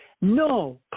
No